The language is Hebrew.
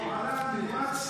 שפועלה הנמרץ,